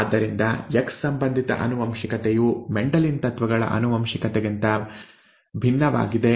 ಆದ್ದರಿಂದ ಎಕ್ಸ್ ಸಂಬಂಧಿತ ಆನುವಂಶಿಕತೆಯು ಮೆಂಡೆಲಿಯನ್ ತತ್ವಗಳ ಆನುವಂಶಿಕತೆಗಿಂತ ಭಿನ್ನವಾಗಿದೆ